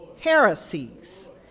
Heresies